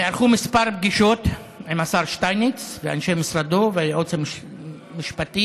נערכו כמה פגישות עם השר שטייניץ ואנשי משרדו והיועץ המשפטי.